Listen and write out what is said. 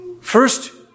First